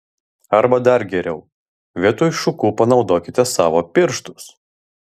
arba dar geriau vietoj šukų panaudokite savo pirštus